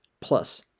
Plus